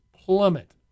plummet